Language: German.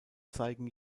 zeigen